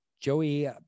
Joey